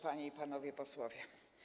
Panie i Panowie Posłowie!